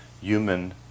human